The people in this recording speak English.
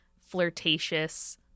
flirtatious